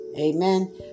Amen